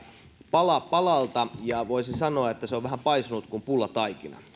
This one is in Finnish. pala palalta ja voisi sanoa että se on vähän paisunut kuin pullataikina